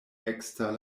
ekster